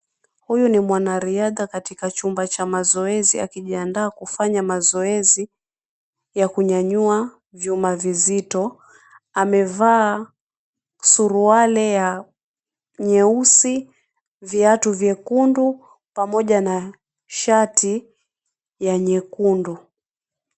Huyu ni mwanariadha katika chumba cha mazoezi akijiandaa kufanya mazoezi ya kunyanyua vyuma vizito. Amevaa suruali ya nyeusi, viatu vyekundu, pamoja na shati ya nyekundu.